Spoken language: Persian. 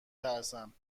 ترسم